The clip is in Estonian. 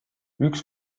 üks